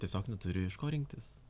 tiesiog neturi iš ko rinktis